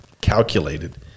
calculated